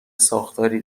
ساختاری